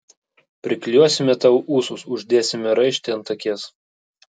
priklijuosime tau ūsus uždėsime raištį ant akies